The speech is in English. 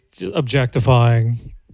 objectifying